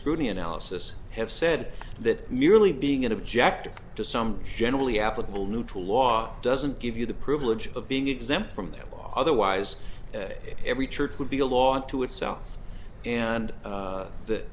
scrutiny analysis have said that merely being an objective to some generally applicable neutral law doesn't give you the privilege of being exempt from them otherwise a every church would be a lot to itself and the th